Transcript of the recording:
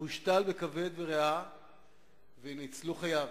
הושתלו בו כבד וריאה וניצלו חייו.